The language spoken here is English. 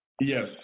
Yes